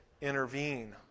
intervene